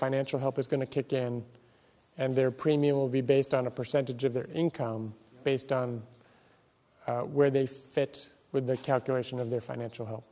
financial help is going to kick in and their premium will be based on a percentage of their income based on where they fit with their calculation of their financial he